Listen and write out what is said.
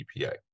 EPA